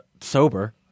sober